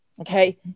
Okay